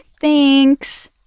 thanks